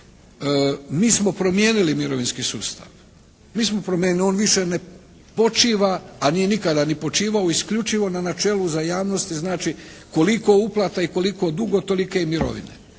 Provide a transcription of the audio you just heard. mi smo promijenili mirovinski sustav. On više ne počiva a nije nikada ni počivao isključivo na načelu za javnost. Znači, koliko uplata i koliko duga tolike i mirovine.